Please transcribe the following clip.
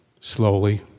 slowly